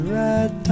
red